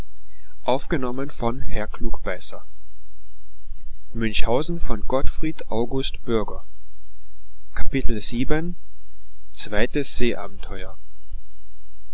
münchhausen par gottfried august bürger